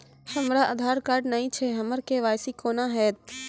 हमरा आधार कार्ड नई छै हमर के.वाई.सी कोना हैत?